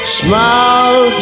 smile